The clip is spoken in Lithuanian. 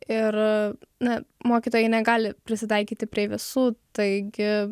ir na mokytojai negali prisitaikyti prie visų taigi